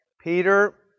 Peter